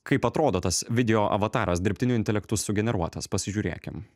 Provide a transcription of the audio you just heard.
kaip atrodo tas video avataras dirbtiniu intelektu sugeneruotas pasižiūrėkim